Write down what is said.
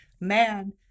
man